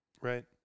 Right